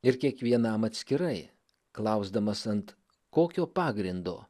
ir kiekvienam atskirai klausdamas ant kokio pagrindo